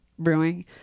brewing